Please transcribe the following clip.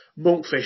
Monkfish